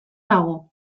dago